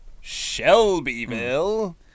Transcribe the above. Shelbyville